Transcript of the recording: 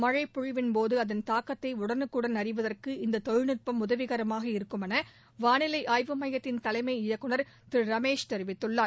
மழைப்பொழிவின் போது அதன் தாக்கத்தை உடனுக்குடன் அறிவதற்கு இந்த தொழில்நுட்பம் உதவிகரமாக இருக்கும் ஃஎன வானிலை அய்வு மையத்தின் ஃதலைமை இயக்குநர் திரு ரமேஷ் தெரிவித்துள்ளார்